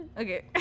okay